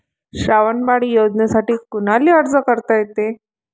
श्रावण बाळ योजनेसाठी कुनाले अर्ज करता येते?